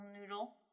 noodle